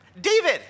David